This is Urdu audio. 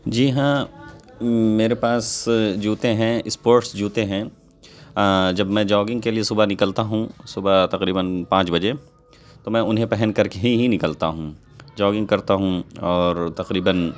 جی ہاں میرے پاس جوتے ہیں اسپوٹس جوتے ہیں جب میں جوگنگ کے لیے صبح نکلتا ہوں صبح تقریباً پانچ بجے تو میں انہیں پہن کر کے ہی ہی نکلتا ہوں جوگنگ کرتا ہوں اور تقریباً